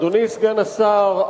אדוני סגן השר,